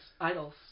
idols